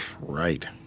Right